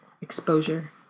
exposure